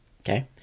Okay